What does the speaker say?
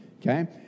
okay